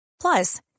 Plus